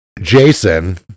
Jason